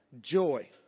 joy